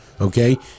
Okay